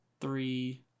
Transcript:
three